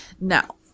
now